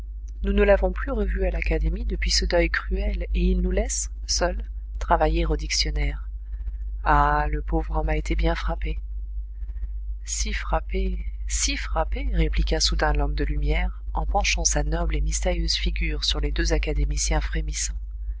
nous ne l'avons plus revu à l'académie depuis ce deuil cruel et il nous laisse seuls travailler au dictionnaire ah le pauvre homme a été bien frappé si frappé si frappé répliqua soudain l homme de lumière en penchant sa noble et mystérieuse figure sur les deux académiciens frémissants